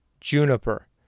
Juniper